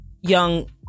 young